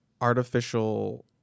artificial